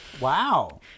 Wow